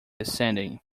descending